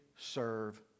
serve